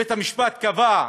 בית המשפט קבע,